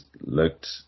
looked